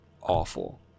awful